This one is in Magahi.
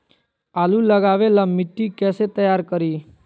आलु लगावे ला मिट्टी कैसे तैयार करी?